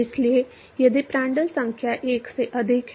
इसलिए यदि प्रांड्टल संख्या 1 से अधिक है